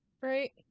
right